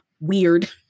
weird